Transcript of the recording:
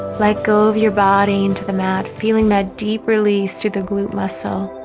let go of your body into the mat feeling that deep release through the glute muscle